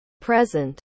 present